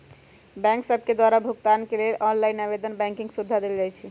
bank सभके द्वारा भुगतान के लेल ऑनलाइन बैंकिंग के सुभिधा देल जाइ छै